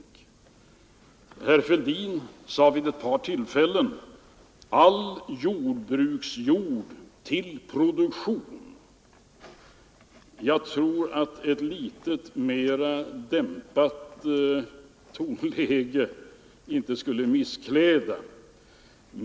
Herr Fälldin sade vid ett par tillfällen: All jordbruksjord till produktionen! Jag tror att ett litet mer dämpat tonläge inte skulle misskläda honom.